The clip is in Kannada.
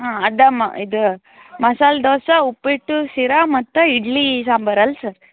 ಹಾಂ ಅದು ಮ್ ಇದು ಮಸಾಲೆ ದೋಸೆ ಉಪ್ಪಿಟ್ಟು ಶೀರಾ ಮತ್ತು ಇಡ್ಲಿ ಸಾಂಬಾರು ಅಲ್ಲ ಸರ್